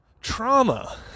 trauma